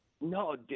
No